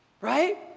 Right